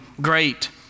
great